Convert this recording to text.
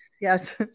yes